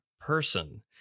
person